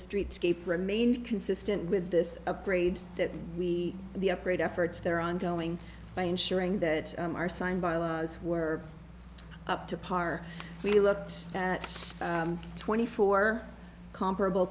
streetscape remained consistent with this upgrade that we the upgrade efforts there ongoing by ensuring that our signed by law were up to par we looked at twenty four comparable